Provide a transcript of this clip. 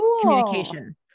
communication